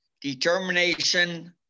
Determination